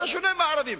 אתה שונה מהערבים,